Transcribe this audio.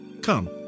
Come